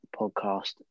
podcast